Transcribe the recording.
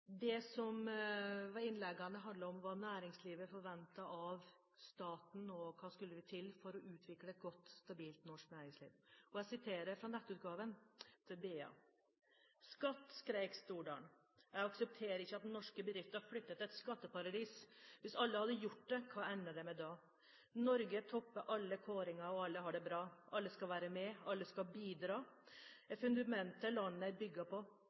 handlet om, var hva næringslivet forventet av staten, og hva som skulle til for å utvikle et godt, stabilt norsk næringsliv. Jeg siterer fra nettutgaven til BA: «– SKATT, skrek Stordalen. – Jeg aksepterer ikke at norske bedrifter flytter til et skatteparadis. Hvis alle hadde gjort det, hva ender det med da? – Norge topper alle kåringer og alle har det bra. Alle skal være med, alle skal bidra, er fundamentet landet er bygget på.